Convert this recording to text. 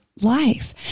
life